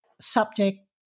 subject